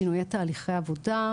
שינויי תהליכי עבודה,